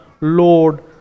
Lord